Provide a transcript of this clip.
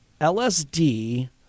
LSD